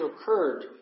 occurred